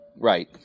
right